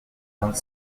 vingt